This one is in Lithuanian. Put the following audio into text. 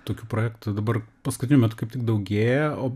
tokių projektų dabar paskutiniu metu kaip tik daugėja o